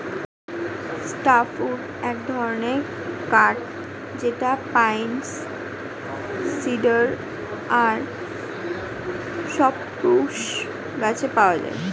soft wood এক ধরনের কাঠ যেটা পাইন, সিডার আর সপ্রুস গাছে পাওয়া যায়